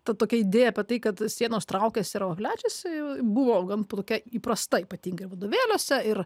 ta tokia idėja apie tai kad sienos traukiasi ir plečiasi buvo gan po tokia įprasta ypatingai ir vadovėliuose ir